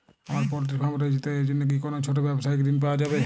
আমার poultry farm রয়েছে তো এর জন্য কি কোনো ছোটো ব্যাবসায়িক ঋণ পাওয়া যাবে?